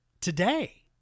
today